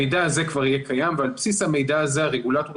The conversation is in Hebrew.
המידע הזה כבר יהיה קיים ועל בסיס המידע הזה הרגולטורים